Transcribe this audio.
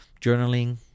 journaling